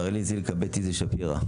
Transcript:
ולרי זילכה, בית איזי שפירא.